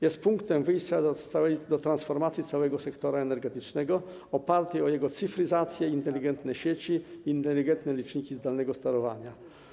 Jest punktem wyjścia w przypadku transformacji całego sektora energetycznego opartej o jego cyfryzację, inteligentne sieci i inteligentne liczniki zdalnego sterowania.